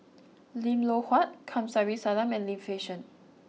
Lim Loh Huat Kamsari Salam and Lim Fei Shen